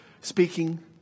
speaking